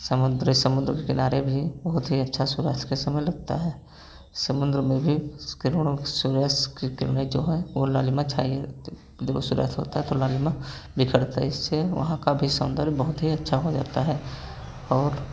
समुद्री समुद्र के किनारे भी बहुत ही अच्छा सूर्यास्त के समय लगता है समुद्र में भी किरणों सूर्यास्त की किरणें जो हैं वो लालिमा छाई रहती देखो सूर्यास्त होता है तो लालिमा बिखरता इससे वहां का भी सौंदर्य बहुत ही अच्छा हो जाता है और